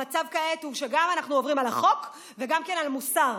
המצב כעת הוא שאנחנו עוברים גם על החוק וגם על המוסר.